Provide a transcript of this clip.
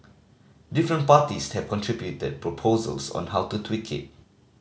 different parties have contributed proposals on how to tweak it